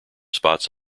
spots